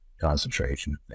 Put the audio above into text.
concentration